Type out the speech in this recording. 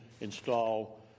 install